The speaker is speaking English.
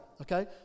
okay